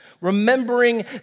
remembering